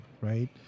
right